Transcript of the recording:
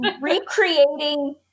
Recreating